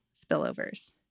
spillovers